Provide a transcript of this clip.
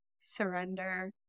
surrender